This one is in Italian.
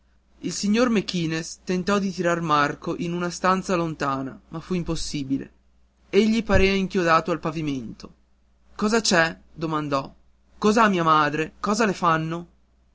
il signor mequinez tentò di tirar marco in una stanza lontana ma fu impossibile egli parea inchiodato al pavimento cosa c'è domandò cos'ha mia madre cosa le fanno